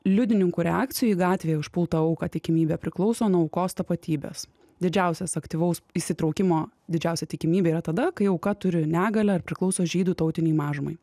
liudininkų reakciją į gatvėje užpultą auką tikimybė priklauso nuo aukos tapatybės didžiausias aktyvaus įsitraukimo didžiausia tikimybė yra tada kai auka turi negalią ar priklauso žydų tautinei mažumai